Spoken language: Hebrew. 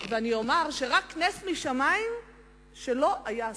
ואני אומר שרק נס משמים שלא היה אסון.